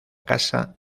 casa